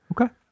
Okay